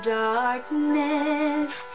darkness